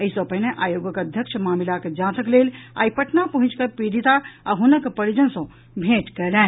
एहि सँ पहिने आयोगक अध्यक्ष मामिलाक जांचक लेल आई पटना पहुंचि कऽ पीड़िता आ हुनक परिजन सँ भेंट कयलनि